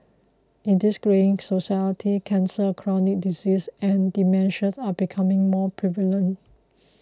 in this greying society cancer chronic disease and dementia are becoming more prevalent